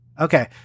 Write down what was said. Okay